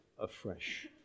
afresh